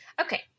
Okay